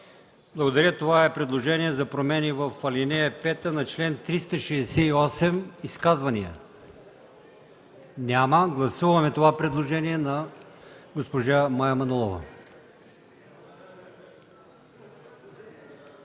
Благодаря. Това е предложение за промени в ал. 5 на чл. 368. Изказвания? Няма. Гласуваме предложението на госпожа Мая Манолова.